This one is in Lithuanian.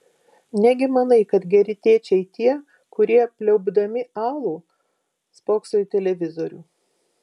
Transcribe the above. negi manai kad geri tėčiai tie kurie pliaupdami alų spokso į televizorių